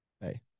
Hey